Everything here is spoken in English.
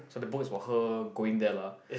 so the book is about her going there lah